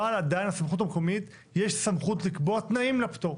אבל עדיין לרשות המקומית יש סמכות לקבוע תנאים לפטור.